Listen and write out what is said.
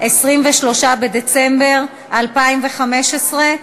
23 בדצמבר 2015,